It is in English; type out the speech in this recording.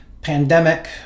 pandemic